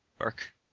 work